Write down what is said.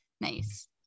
nice